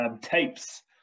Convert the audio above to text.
tapes